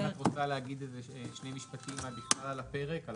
אם את רוצה לומר שני משפטים על הפרק, על